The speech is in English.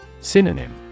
Synonym